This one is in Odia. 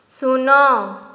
ଶୂନ